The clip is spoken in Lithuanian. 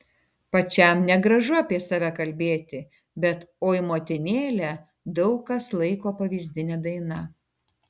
pačiam negražu apie save kalbėti bet oi motinėle daug kas laiko pavyzdine daina